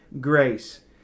grace